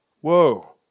Whoa